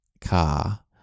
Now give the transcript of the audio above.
car